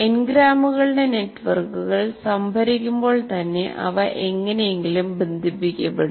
എൻഗ്രാമുകളുടെ നെറ്റ്വർക്കുകൾ സംഭരിക്കുമ്പോൾ തന്നെ അവ എങ്ങനെയെങ്കിലും ബന്ധിപ്പിക്കപ്പെടും